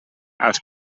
als